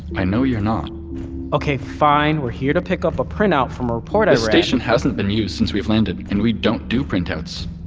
i know you're not okay, fine. we're here to pick up a print-out from a this station hasn't been used since we've landed, and we don't do print-outs.